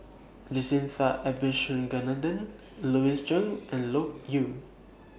Jacintha Abisheganaden Louis Chen and Loke Yew